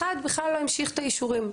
אחת בכלל לא המשיכה את האישורים.